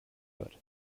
wird